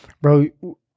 bro